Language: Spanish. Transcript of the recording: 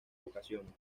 ocasiones